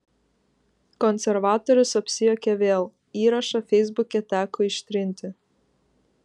konservatorius apsijuokė vėl įrašą feisbuke teko ištrinti